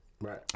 Right